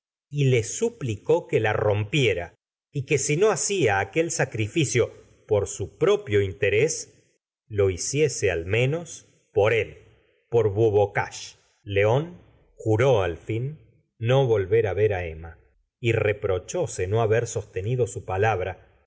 y le suplicó que la rompiera y que si no hacía aquel sacrificio por propio interés lo hiciese al menos por él por bubocage león juró al fin no volver á ver á emma y reprochóse no haber sostenido su palabra